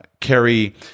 carry